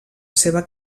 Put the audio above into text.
seva